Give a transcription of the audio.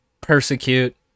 persecute